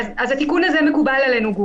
גור, התיקון הזה מקובל עלינו.